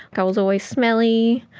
i was always smelly,